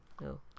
No